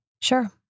Sure